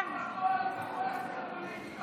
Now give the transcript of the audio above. הכול אצלכם פוליטי.